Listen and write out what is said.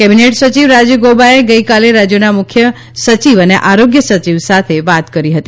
cabinet સચિવ રાજીવ ગૌબાએ ગઇકાલે રાજ્યોના મુખ્ય સચિવ અને આરોગ્ય સચિવ સાથે વાત કરી હતી